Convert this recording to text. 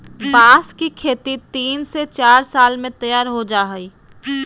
बांस की खेती तीन से चार साल में तैयार हो जाय हइ